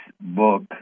book